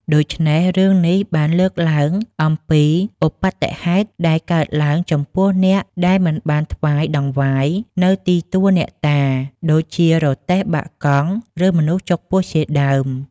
ដូច្នេះរឿងនេះបានលើកឡើងអំពីឧប្បត្តិហេតុដែលកើតឡើងចំពោះអ្នកដែលមិនបានថ្វាយតង្វាយនៅទីទួលអ្នកតា ដូចជារទេះបាក់កង់ ឬមនុស្សចុកពោះជាដើម ។